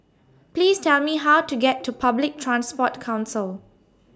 Please Tell Me How to get to Public Transport Council